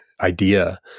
idea